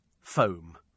foam